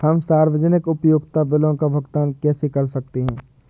हम सार्वजनिक उपयोगिता बिलों का भुगतान कैसे कर सकते हैं?